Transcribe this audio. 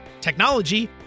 technology